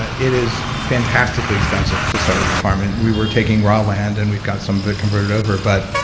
it it is fantastically expensive to start up a farm, and we were taking raw land, and we got some of it converted over, but